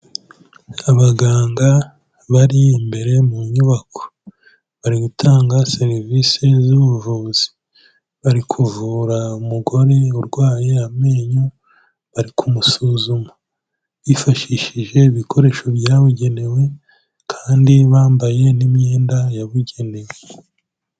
Abaganga bari imbere mu nyubako bari gutanga serivise z'ubuvuzi, bari kuvura umugore urwaye amenyo bari kumusuzuma bifashishije ibikoresho byabugenewe kandi bambaye n'imyenda yabugenewe.